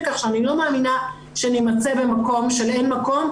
כך שאני לא מאמינה שנימצא במקום של אין מקום,